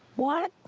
what?